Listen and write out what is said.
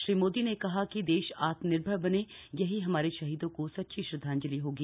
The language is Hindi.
श्री मोदी ने कहा कि देश आत्मनिर्भर बने यही हमारे शहीदों को सच्ची श्रद्वांजलि होगी